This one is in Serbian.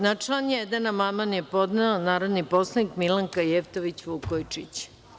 Na član 1. amandman je podnela narodni poslanik Milanka Jevtović Vukojičić.